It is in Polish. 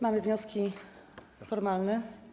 Mamy wnioski formalne.